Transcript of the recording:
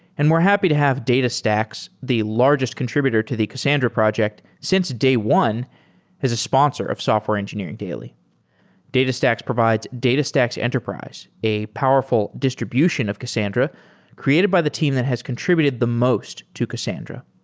and we're happy to have datastax, the largest contributed to the cassandra project since day one as a sponsor of software engineering daily datastax provides datastax enterprise, a powerful distribution of cassandra created by the team that has contributed the most to cassandra.